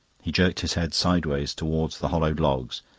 he jerked his head sideways towards the hollowed logs.